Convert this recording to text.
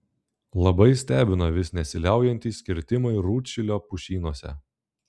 labai stebina vis nesiliaujantys kirtimai rūdšilio pušynuose